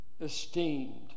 esteemed